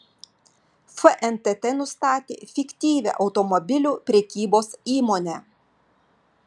fntt nustatė fiktyvią automobilių prekybos įmonę